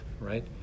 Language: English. right